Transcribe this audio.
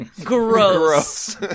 Gross